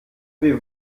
wir